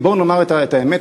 ובוא נאמר את האמת,